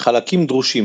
חלקים דרושים